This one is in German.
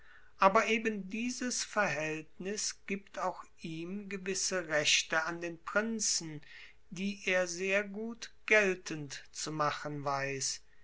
aber eben dieses verhältnis gibt auch ihm gewisse rechte an den prinzen die er sehr gut geltend zu machen weiß